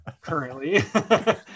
currently